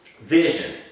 vision